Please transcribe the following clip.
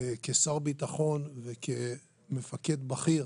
כשר הביטחון וכמפקד בכיר,